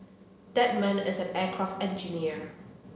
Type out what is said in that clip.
that man is an aircraft engineer